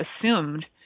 assumed